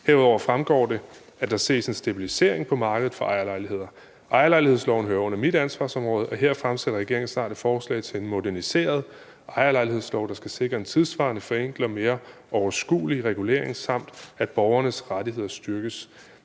Herudover fremgår det, at der ses en stabilisering på markedet for ejerlejligheder. Ejerlejlighedsloven hører til mit ansvarsområde, og her fremsætter regeringen snart et forslag til en moderniseret ejerlejlighedslov, der skal sikre en tidssvarende, forenklet og mere overskuelig regulering, samt at borgernes rettigheder styrkes.